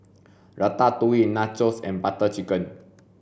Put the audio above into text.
Ratatouille Nachos and Butter Chicken